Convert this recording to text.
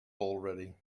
already